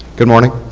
good morning.